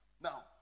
Now